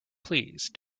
please